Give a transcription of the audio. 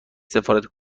سفارت